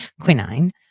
quinine